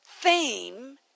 theme